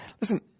Listen